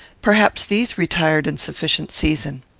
perhaps these retired in sufficient season.